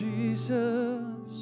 Jesus